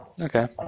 Okay